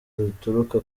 ruturuka